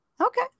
Okay